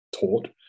taught